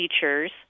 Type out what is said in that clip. features